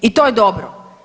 I to je dobro.